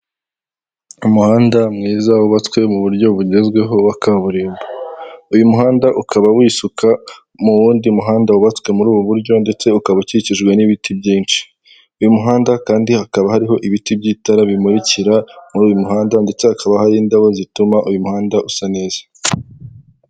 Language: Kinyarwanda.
Umuhanda mwiza wubatswe mu buryo bugezweho wa kaburimbo, uyu muhanda ukaba wisuka mu wundi muhanda wubatswe muri ubu buryo ndetse ukaba ukikijwe n'ibiti byinshi, uyu muhanda kandi hakaba hariho ibiti by'itara bimurikira muri uyu muhanda ndetse hakaba hari indabo zituma uyu muhanda usa neza.